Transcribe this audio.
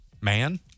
man